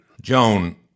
Joan